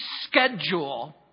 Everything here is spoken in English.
schedule